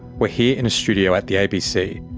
we're here in a studio at the abc,